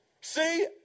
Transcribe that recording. See